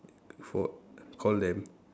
for what call them